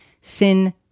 Sin